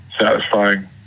satisfying